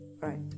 right